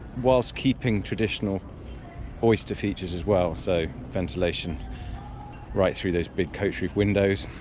whilst keeping traditional oyster features as well, so ventilation right through those big coachroof windows,